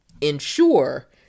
ensure